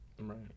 Right